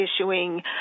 issuing